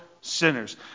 sinners